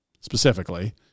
specifically